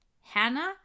Hannah